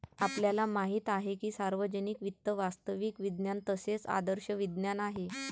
आपल्याला माहित आहे की सार्वजनिक वित्त वास्तविक विज्ञान तसेच आदर्श विज्ञान आहे